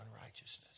unrighteousness